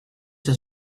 has